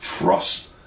trust